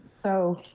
so,